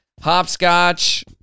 Hopscotch